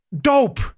dope